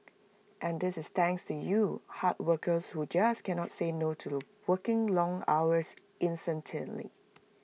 and this is thanks to you hard workers who just cannot say no to working long hours incessantly